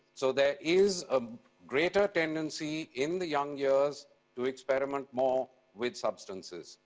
so there is a greater tendency in the young years to experiment more with substances.